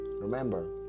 remember